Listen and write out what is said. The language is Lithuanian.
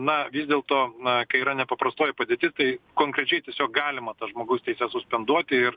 na vis dėlto na kai yra nepaprastoji padėtis tai konkrečiai tiesiog galima tas žmogaus teises suspenduoti ir